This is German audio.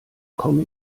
komme